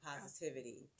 positivity